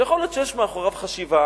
שיכול להיות שיש מאחוריו חשיבה,